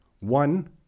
One